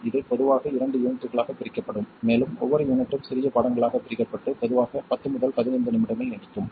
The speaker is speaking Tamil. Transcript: இது பொதுவாக 2 யூனிட்களாகப் பிரிக்கப்படும் மேலும் ஒவ்வொரு யூனிட்டும் சிறிய பாடங்களாகப் பிரிக்கப்பட்டு பொதுவாக பத்து முதல் பதினைந்து நிமிடங்கள் நீடிக்கும்